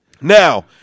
Now